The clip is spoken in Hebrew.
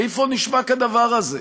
איפה נשמע כדבר הזה?